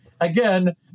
again